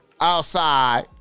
Outside